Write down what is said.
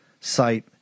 site